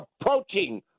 approaching